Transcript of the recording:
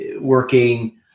working